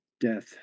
death